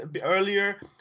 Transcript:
earlier